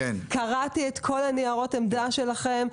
קראתי את כל ניירות העמדה שלכם,